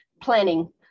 planning